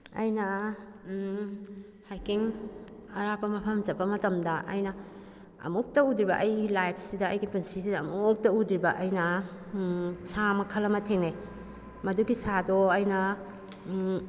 ꯑꯩꯅ ꯍꯥꯏꯀꯤꯡ ꯑꯔꯥꯞꯄ ꯃꯐꯝ ꯆꯠꯄ ꯃꯇꯝꯗ ꯑꯩꯅ ꯑꯃꯨꯛꯇ ꯎꯗ꯭ꯔꯤꯕ ꯑꯩꯒꯤ ꯂꯥꯏꯐꯁꯤꯗ ꯑꯩꯒꯤ ꯄꯨꯟꯁꯤꯁꯤꯗ ꯑꯃꯨꯛꯇ ꯎꯗ꯭ꯔꯤꯕ ꯑꯩꯅ ꯁꯥ ꯃꯈꯜ ꯑꯃ ꯊꯦꯡꯅꯩ ꯃꯗꯨꯒꯤ ꯁꯥꯗꯣ ꯑꯩꯅ